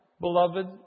beloved